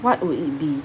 what would it be